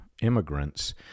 immigrants